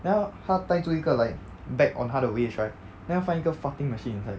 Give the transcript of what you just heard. then 他他带着一个 like bag on 他的 waist right then 他放一个 farting machine inside